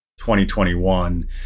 2021